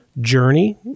journey